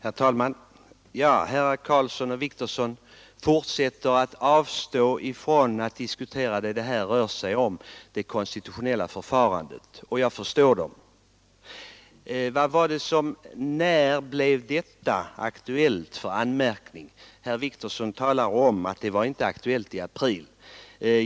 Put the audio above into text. Herr talman! Herrar Karlsson i Malung och Wictorsson fortsätter att avstå från att diskutera vad det rör sig om: det konstitutionella förfarandet. Jag förstår dem. Herr Wictorsson undrar när det blev aktuellt med en anmärkning och säger att det inte var aktuellt i april.